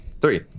Three